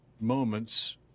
moments